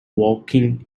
walking